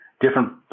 different